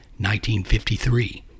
1953